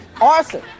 arson